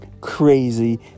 crazy